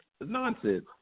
nonsense